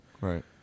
Right